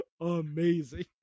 amazing